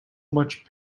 much